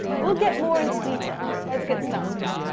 we'll get more into detail. let's get started.